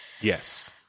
Yes